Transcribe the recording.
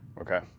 Okay